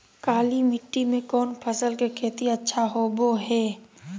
काली मिट्टी में कौन फसल के खेती अच्छा होबो है?